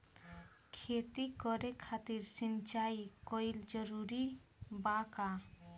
खेती करे खातिर सिंचाई कइल जरूरी बा का?